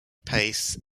pace